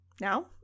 Now